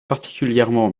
particulièrement